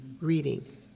reading